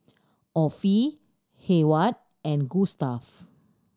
Offie Hayward and Gustav